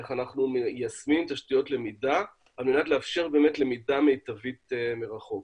איך אנחנו מיישמים תשתיות למידה על מנת לאפשר למידה מיטבית מרחוק.